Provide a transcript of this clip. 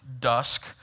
dusk